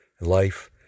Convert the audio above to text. life